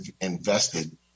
invested